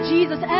Jesus